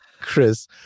Chris